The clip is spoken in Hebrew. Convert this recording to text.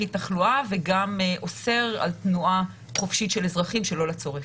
תחלואה וגם אוסר על תנועה חופשית של אזרחים שלא לצורך.